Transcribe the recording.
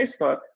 Facebook